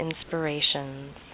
inspirations